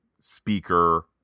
speaker